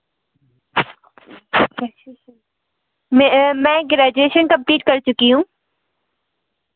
मे मैं graduation complete कर चुकी हूँ